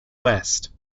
west